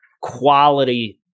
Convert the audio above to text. quality